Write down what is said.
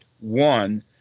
one